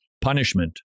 punishment